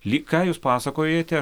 lyg ką jūs pasakojate